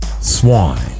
swine